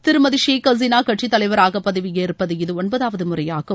திருமதி ஷேக் ஹசீனா கட்சித் தலைவராக பதவி ஏற்பது இது ஒன்பதாவது முறையாகும்